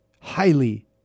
highly